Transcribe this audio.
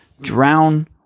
drown